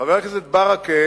חבר הכנסת ברכה